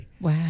Wow